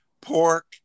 pork